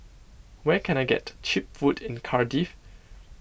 where can I get Cheap Food in Cardiff